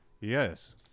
Yes